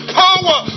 power